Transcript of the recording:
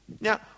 Now